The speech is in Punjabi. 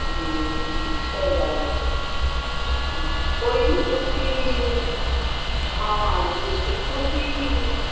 ਹਾਂ ਹਾਂ ਸਹੀ ਗੱਲ ਹੈ ਹਾਂ ਕੋਈ ਨਹੀਂ ਤੁਸੀਂ ਹਾਂ ਹਾਂਜੀ ਤੁਸੀਂ